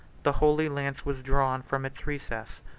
the holy lance was drawn from its recess,